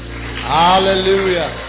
Hallelujah